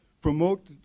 promote